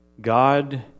God